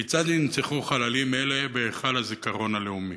כיצד יונצחו חללים אלו בהיכל הזיכרון הלאומי?